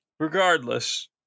Regardless